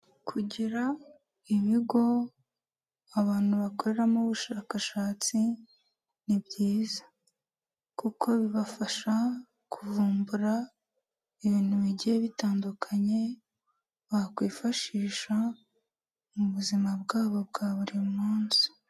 Kugira ibigo abantu bakoreramo ubushakashatsi ni byiza kuko bibafasha kuvumbura ibintu bigiye bitandukanye bakwifashisha mu buzima bwabo bwa buri munsi.